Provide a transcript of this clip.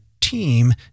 team